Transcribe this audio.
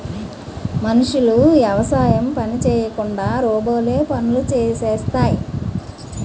మనుషులు యవసాయం పని చేయకుండా రోబోలే పనులు చేసేస్తాయి